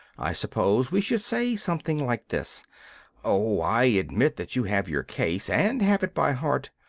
i suppose we should say something like this oh, i admit that you have your case and have it by heart,